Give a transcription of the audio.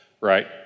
right